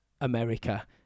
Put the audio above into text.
America